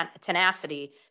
tenacity